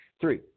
Three